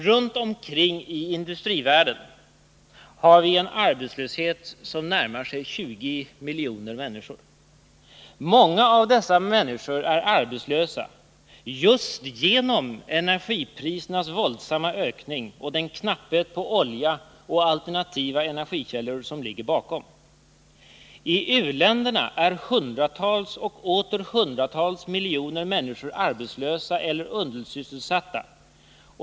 Runt omkring i industrivärlden har vi en arbetslöshet som närmar sig 20 miljoner människor. Många av dessa människor är arbetslösa just på grund av energiprisernas våldsamma ökning och den knapphet på olja och alternativa energikällor som ligger bakom. I u-länderna är hundratals och åter hundratals miljoner människor arbetslösa eller undersysselsatta.